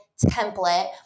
template